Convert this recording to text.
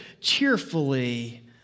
cheerfully